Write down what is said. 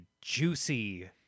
juicy